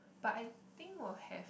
but I think will have